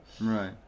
Right